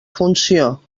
funció